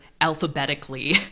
alphabetically